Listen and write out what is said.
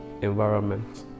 environment